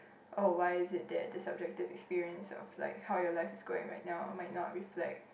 oh why is it that the subject that experience of like how your life is going right now might not reflect